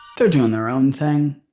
they're doing their own thing.